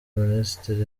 minisiteri